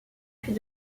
puis